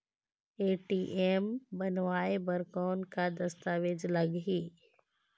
ATM बनवाय बर कौन का दस्तावेज लगही?